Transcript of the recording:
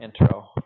intro